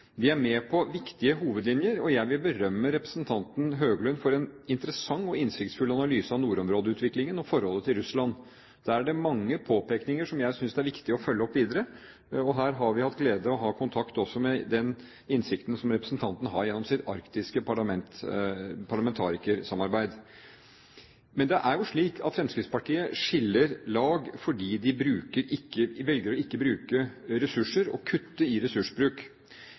er med på viktige hovedlinjer, og jeg vil berømme representanten Høglund for en interessant og innsiktsfull analyse av nordområdeutviklingen og forholdet til Russland. Der er det mange påpekninger som jeg synes det er viktig å følge opp videre. Her har vi hatt gleden av å ha den kontakten og den innsikten som representanten har gjennom sitt arktiske parlamentarikersamarbeid. Men det er jo slik at Fremskrittspartiet skiller lag fordi de velger å ikke bruke ressurser og kutte i ressursbruk.